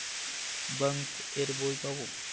Bank এর বই পাবো?